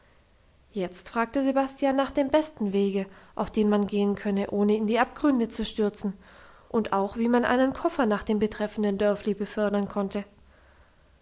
jetzt fragte sebastian nach dem besten wege auf dem man gehen könne ohne in die abgründe zu stürzen und auch wie man einen koffer nach dem betreffenden dörfli befördern könnte